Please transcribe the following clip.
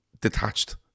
detached